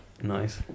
Nice